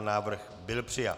Návrh byl přijat.